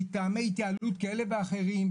מטעמי התייעלות כאלה ואחרים,